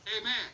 Amen